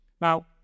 Now